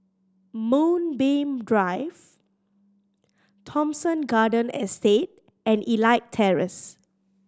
Moonbeam Drive Thomson Garden Estate and Elite Terrace